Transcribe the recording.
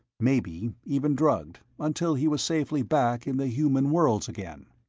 maybe even drugged, until he was safely back in the human worlds again.